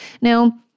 Now